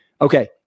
Okay